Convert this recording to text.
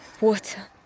water